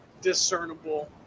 discernible